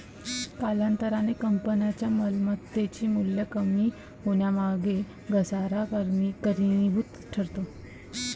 कालांतराने कंपनीच्या मालमत्तेचे मूल्य कमी होण्यामागे घसारा कारणीभूत ठरतो